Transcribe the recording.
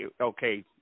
okay